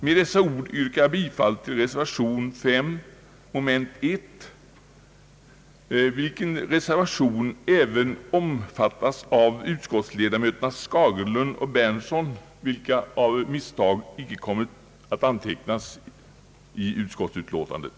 Med dessa ord yrkar jag bifall till reservation 1, vilken reservation även omfattas av utskottsledamöterna Skagerlund och Berndtsson, som av misstag icke kommit att antecknas i utskottsutlåtandet.